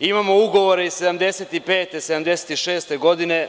Imamo ugovore iz 75, 76 godine,